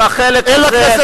תודה רבה.